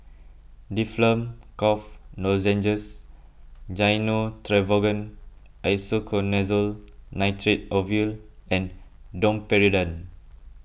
Difflam Cough Lozenges Gyno Travogen Isoconazole Nitrate Ovule and Domperidone